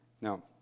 Now